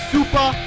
Super